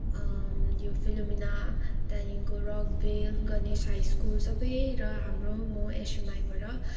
यो फिलोमिना त्यहाँदेखिन्को रकभेल गणेश हाई स्कुल सबै र हाम्रो म एसयुएमआइबाट